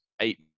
eight